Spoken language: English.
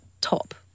top